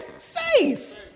Faith